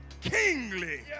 kingly